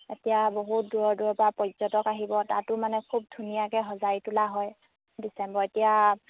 এতিয়া বহুত দূৰৰ দূৰৰ পৰা পৰ্যটক আহিব তাতো মানে খুব ধুনীয়াকৈ সজাই তোলা হয় ডিচেম্বৰ এতিয়া